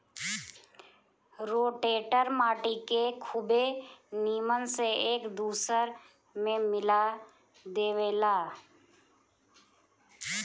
rotator माटी के खुबे नीमन से एक दूसर में मिला देवेला